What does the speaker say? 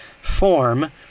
form